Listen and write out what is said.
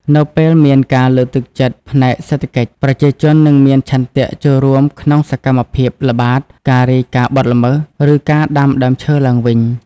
នៅពេលមានការលើកទឹកចិត្តផ្នែកសេដ្ឋកិច្ច ប្រជាជននឹងមានឆន្ទៈចូលរួមក្នុងសកម្មភាពល្បាត ការរាយការណ៍បទល្មើស ឬការដាំដើមឈើឡើងវិញ។